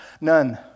None